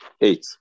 Eight